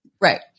Right